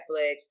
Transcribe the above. Netflix